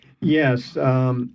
Yes